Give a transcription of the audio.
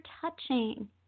touching